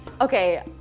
Okay